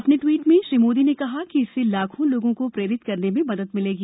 अपने ट्वीट में श्री मोदी ने कहा कि इससे लाखों लोगों को प्रेरित करने में मदद मिलेगी